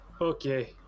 Okay